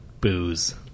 booze